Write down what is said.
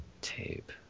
Tape